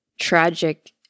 tragic